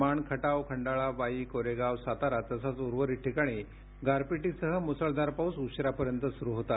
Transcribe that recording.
माण खटाव खंडाळा वाई कोरेगाव सातारा तसेच उर्वरीत ठिकाणी गारपीटसह मुसळधार पाऊस उशिरापर्यंत सुरु होता